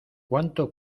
cuánto